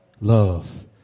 love